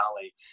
Valley